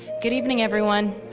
good evening everyone.